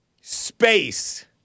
Space